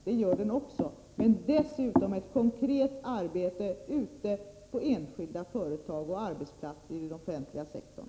DELFA arbetar så också, men dessutom handlar det om ett konkret arbete ute på enskilda företag och på arbetsplatser inom den offentliga sektorn.